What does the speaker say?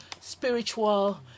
spiritual